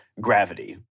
gravity